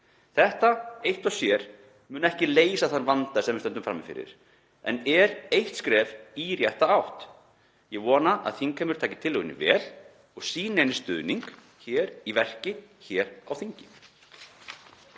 Það eitt og sér mun ekki leysa þann vanda sem við stöndum frammi fyrir en er eitt skref í rétta átt. Ég vona að þingheimur taki tillögunni vel og sýni henni stuðning í verki hér á þingi.